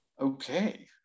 Okay